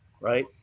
right